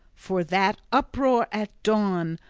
for that uproar at dawn,